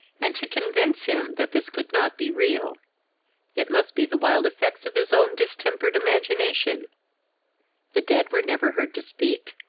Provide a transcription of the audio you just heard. and to convince him that this could not be real it must be the wild effects of his own distempered imagination the dead were never heard to speak,